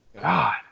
God